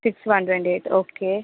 six one twenty eight okay